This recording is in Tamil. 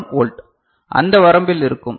1 வோல்ட் அந்த வரம்பில் இருக்கும்